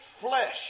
flesh